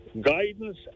Guidance